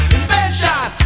Invention